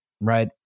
right